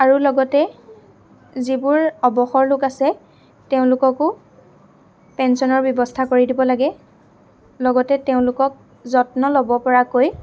আৰু লগতে যিবোৰ অৱসৰ লোক আছে তেওঁলোককো পেঞ্চনৰ ব্য়ৱস্থা কৰি দিব লাগে লগতে তেওঁলোকক যত্ন ল'ব পৰাকৈ